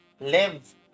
live